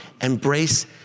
embrace